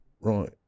right